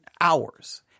hours